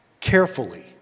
carefully